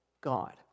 God